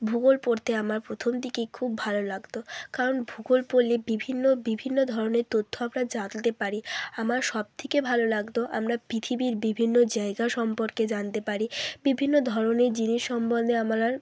ভূগোল পড়তে আমার প্রথম দিকেই খুব ভালো লাগদো কারণ ভূগোল পড়লে বিভিন্ন বিভিন্ন ধরনের তথ্য আমরা জানতে পারি আমার সব থেকে ভালো লাগত আমরা পৃথিবীর বিভিন্ন জায়গা সম্পর্কে জানতে পারি বিভিন্ন ধরনের জিনিস সম্বন্ধে আমার আর